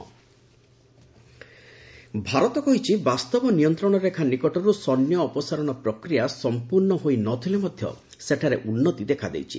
India LAC Bharat କହିଛି ବାସ୍ତବ ନିୟନ୍ତ୍ରଣ ରେଖା ନିକଟରୁ ସୈନ୍ୟ ଅପସାରଣ ପ୍ରକିୟା ସମ୍ପୂର୍ଣ୍ଣ ହୋଇ ନ ଥିଲେ ମଧ୍ୟ ସେଠାରେ ଉନ୍ନତି ଦେଖାଦେଇଛି